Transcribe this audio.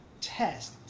test